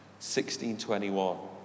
1621